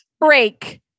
break